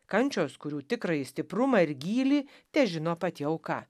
kančios kurių tikrąjį stiprumą ir gylį težino pati auka